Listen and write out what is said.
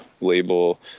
label